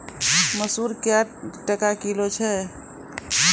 मसूर क्या टका किलो छ?